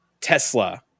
Tesla